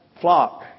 flock